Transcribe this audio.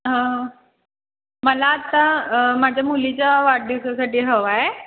हं मला आत्ता माझ्या मुलीच्या वाढदिवसासाठी हवा आहे